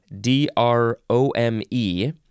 D-R-O-M-E